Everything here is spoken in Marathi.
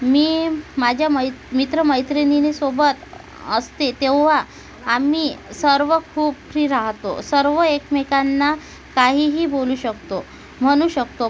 मी माझ्या मै मित्रमैत्रिणीसोबत असते तेव्हा आम्ही सर्व खूप फ्री राहतो सर्व एकमेकांना काहीही बोलू शकतो म्हणू शकतो